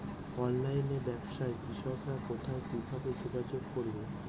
অনলাইনে ব্যবসায় কৃষকরা কোথায় কিভাবে যোগাযোগ করবে?